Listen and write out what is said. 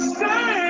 say